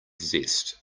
zest